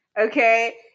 okay